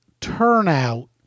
turnout